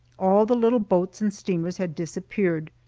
all the little boats and steamers had disappeared,